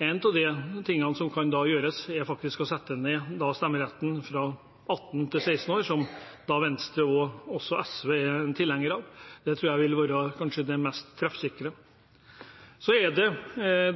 En av de tingene som da kan gjøres, er faktisk å sette ned stemmerettsalderen fra 18 til 16 år, som Venstre og også SV er tilhengere av. Det tror jeg kanskje vil være det mest treffsikre. Så er det